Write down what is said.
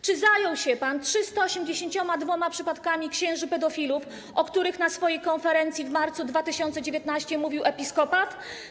Czy zajął się pan 382 przypadkami księży pedofilów, o których na swojej konferencji w marcu 2019 r. mówił Episkopat Polski?